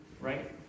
right